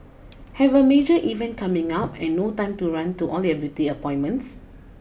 have a major event coming up and no time to run to all your beauty appointments